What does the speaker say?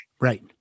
Right